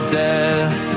death